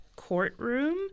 courtroom